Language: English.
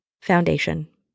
foundation